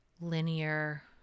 linear